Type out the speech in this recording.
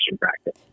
practice